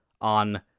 on